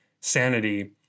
sanity